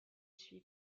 suis